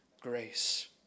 grace